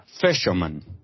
fisherman